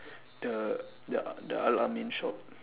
the the the al ameen shop